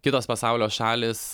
kitos pasaulio šalys